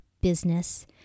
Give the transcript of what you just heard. business